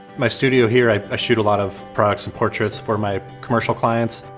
my studio here i ah shoot a lot of products and portraits for my commercial clients.